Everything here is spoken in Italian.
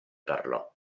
parlò